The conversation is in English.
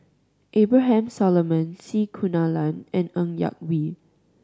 Abraham Solomon C Kunalan and Ng Yak Whee